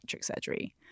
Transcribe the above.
surgery